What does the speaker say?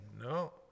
No